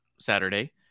Saturday